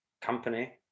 company